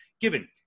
Given